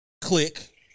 click